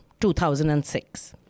2006